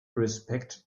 respect